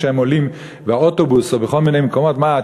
כשהם עולים לאוטובוס או בכל מיני מקומות: מה,